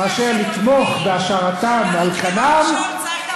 אתם הרסתם ועכשיו אתם באים אלינו שנצביע בשבילם.